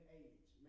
age